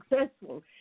successful